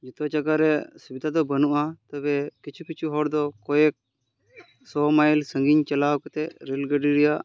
ᱡᱚᱛᱚ ᱡᱟᱜᱟᱨᱮ ᱥᱩᱵᱤᱫᱷᱟ ᱫᱚ ᱵᱟᱹᱱᱩᱜᱼᱟ ᱛᱚᱵᱮ ᱠᱤᱪᱷᱩ ᱠᱤᱪᱷᱩ ᱦᱚᱲ ᱫᱚ ᱠᱚᱭᱮᱠᱥᱚ ᱢᱟᱭᱤᱞ ᱥᱟᱺᱜᱤᱧ ᱪᱟᱞᱟᱣ ᱠᱟᱛᱮ ᱨᱮᱹᱞ ᱜᱟᱹᱰᱤ ᱨᱮᱭᱟᱜ